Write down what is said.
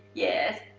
yes.